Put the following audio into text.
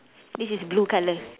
this is blue colour